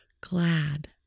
glad